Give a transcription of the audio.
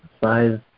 size